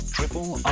Triple